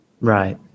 Right